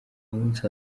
munsi